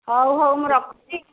ହଉ ହଉ ମୁଁ ରଖୁଛି